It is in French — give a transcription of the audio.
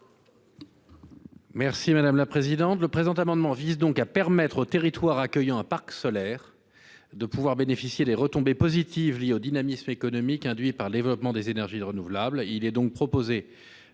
n° II 534 rectifié. Le présent amendement vise à permettre aux territoires accueillant un parc solaire de bénéficier des retombées positives liées au dynamisme économique induit par le développement des énergies renouvelables.